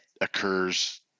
occurs